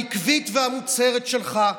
העקבית והמוצהרת שלך,